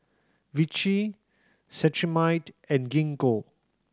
Vichy Cetrimide and Gingko